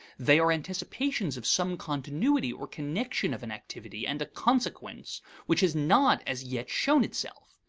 they are anticipations of some continuity or connection of an activity and a consequence which has not as yet shown itself.